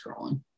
scrolling